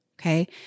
Okay